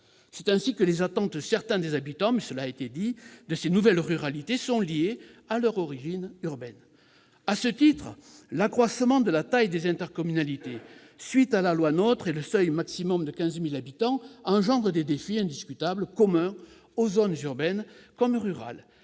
C'est ainsi que les attentes de certains des habitants de ces nouvelles ruralités sont liées à leur origine urbaine. À ce titre, l'accroissement de la taille des intercommunalités, à la suite de la loi NOTRe, et le seuil minimal de 15 000 habitants engendrent des défis indiscutables et communs aux zones urbaines et aux zones rurales.